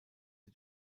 sie